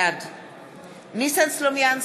בעד ניסן סלומינסקי,